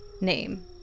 name